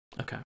Okay